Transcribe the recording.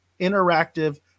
interactive